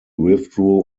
withdrew